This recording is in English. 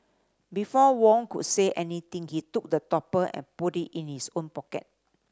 before Wong could say anything he took the topper and put it in his own pocket